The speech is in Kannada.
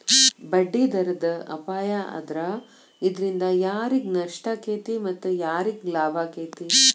ಬಡ್ಡಿದರದ್ ಅಪಾಯಾ ಆದ್ರ ಇದ್ರಿಂದಾ ಯಾರಿಗ್ ನಷ್ಟಾಕ್ಕೇತಿ ಮತ್ತ ಯಾರಿಗ್ ಲಾಭಾಕ್ಕೇತಿ?